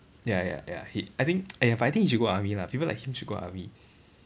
ya ya ya he I think ah ya but I think he should go army lah people like him should go army